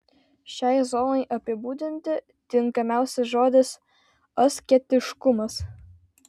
šiai zonai apibūdinti tinkamiausias žodis asketiškumas